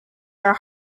are